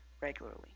regularly